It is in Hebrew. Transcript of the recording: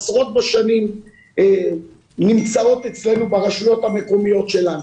עשרות שנים נמצאות אצלנו ברשויות המקומיות שלנו.